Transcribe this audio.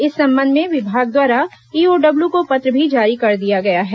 इस संबंध में विभाग द्वारा ईओडब्ल्यू को पत्र भी जारी कर दिया गया है